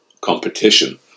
competition